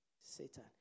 Satan